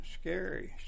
scary